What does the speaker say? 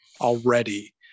already